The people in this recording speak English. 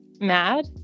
mad